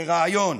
לרעיון.